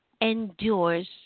Endures